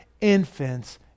infants